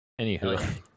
Anywho